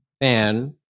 fan